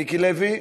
מיקי לוי?